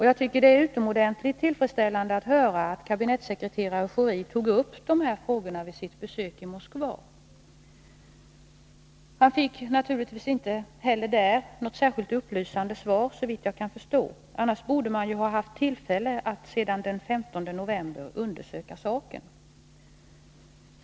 Jag tycker att det är utomordentligt tillfredsställande att höra att kabinettssekreterare Schori tog upp de här frågorna vid sitt besök i Moskva. Han fick naturligtvis inte heller där något särskilt upplysande svar, såvitt jag kunnat förstå. Annars borde man ju ha haft tillfälle att sedan den 15 december undersöka saken.